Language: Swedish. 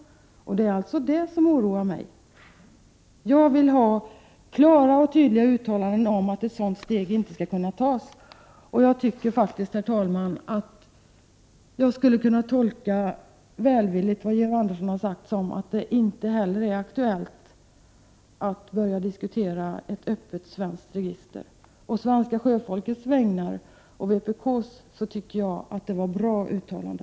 Det är alltså detta som oroar mig. Jag vill ha klara och tydliga uttalanden om att ett sådant steg inte skall kunna tas. Jag tycker faktiskt, herr talman, att jag kan tolka välvilligt vad Georg Andersson har sagt om att det inte heller är aktuellt att börja diskutera ett öppet svenskt register. Å det svenska sjöfolkets och vpk:s vägnar vill jag säga att det var ett bra uttalande.